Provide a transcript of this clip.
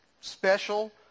special